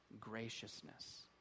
graciousness